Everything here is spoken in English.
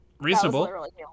reasonable